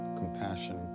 compassion